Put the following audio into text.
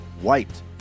white